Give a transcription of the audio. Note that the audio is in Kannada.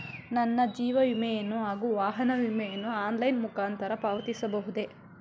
ನನ್ನ ಜೀವ ವಿಮೆಯನ್ನು ಹಾಗೂ ವಾಹನ ವಿಮೆಯನ್ನು ಆನ್ಲೈನ್ ಮುಖಾಂತರ ಪಾವತಿಸಬಹುದೇ?